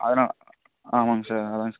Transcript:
அதனால் ஆமாங்க சார் அதாங்க சார்